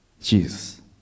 Jesus